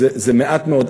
זה מעט מאוד.